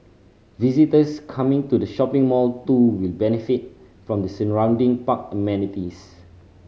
visitors coming to the shopping mall too will benefit from the surrounding park amenities